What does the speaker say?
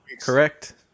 correct